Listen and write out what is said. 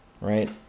Right